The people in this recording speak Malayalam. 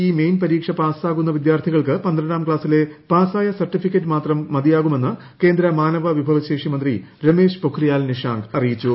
ഇ മെയിൻ പരീക്ഷ പാസ്സാകുന്ന വിദ്യാർത്ഥികൾക്ക് പ്ട്ടിട്ട്ടാം ക്ലാസ്സിലെ പാസ്സായ സർട്ടിഫിക്കറ്റ് മാത്രം മതിയാകുമെന്ന് പ്രകേന്ദ്ര മാനവ വിഭവശേഷി മന്ത്രി രമേശ് പൊക്രിയാൽ നിഷാങ്ക് അറിയിച്ചു